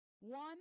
one